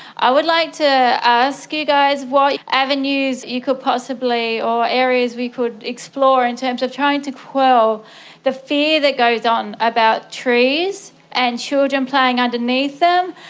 i would like to ask you guys what avenues you could possibly, or areas we could explore in terms of trying to quell the fear that goes on about trees and children playing underneath them,